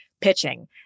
Pitching